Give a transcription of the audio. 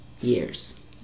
years